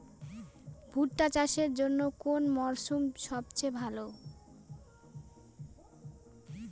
ভুট্টা চাষের জন্যে কোন মরশুম সবচেয়ে ভালো?